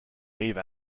wave